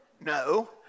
No